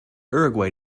uruguay